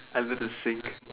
I'm going to think